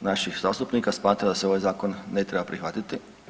naših zastupnika smatra da se ovaj Zakon ne treba prihvatiti.